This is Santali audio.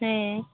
ᱦᱮᱸ